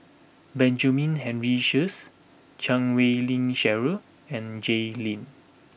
Benjamin Henry Sheares Chan Wei Ling Cheryl and Jay Lim